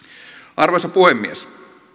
arvoisa puhemies